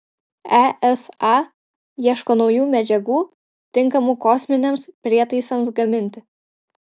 esa ieško naujų medžiagų tinkamų kosminiams prietaisams gaminti